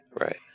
Right